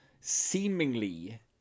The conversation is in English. seemingly